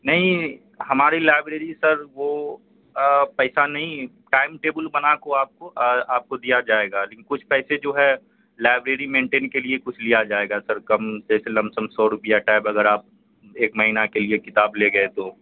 نہیں ہماری library sir وہ پیسہ نہیں ٹائم ٹیبل بنا کے آپ کو آپ کو دیا جائے گا لیکن کچھ پیسے جو ہے لائبریری مینٹین کے لیے کچھ لیا جائے گا سر کم سے لم سم سو روپیہ ٹائپ اگر آپ ایک مہینہ کے لیے کتاب لے گئے تو